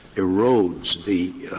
erodes the